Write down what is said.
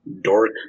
dork